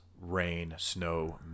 rain-snow